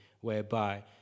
whereby